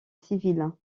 civils